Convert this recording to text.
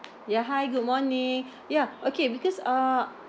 ya hi good morning ya okay because uh